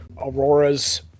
Aurora's